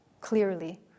clearly